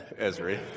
Esri